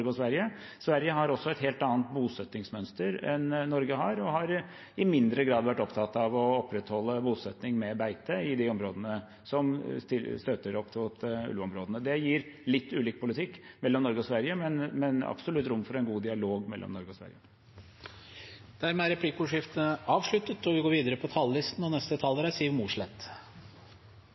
og Sverige. Sverige har også et helt annet bosettingsmønster enn Norge har, og har i mindre grad har vært opptatt av å opprettholde bosetting med beite i de områdene som støter an mot ulveområdene. Det gir litt ulik politikk mellom Norge og Sverige, men absolutt rom for en god dialog mellom Norge og Sverige. Replikkordskiftet er avsluttet.